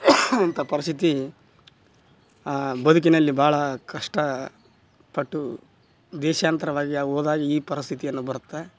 ಇಂಥ ಪರಿಸ್ಥಿತಿ ಬದುಕಿನಲ್ಲಿ ಭಾಳ ಕಷ್ಟಪಟ್ಟು ದೇಶಾಂತರವಾಗಿ ಹೋದಾಗ ಈ ಪರಿಸ್ಥಿತಿಯನ್ನು ಬರತ್ತೆ